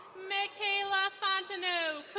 mikaela fontano,